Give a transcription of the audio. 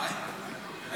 וואי, וואי.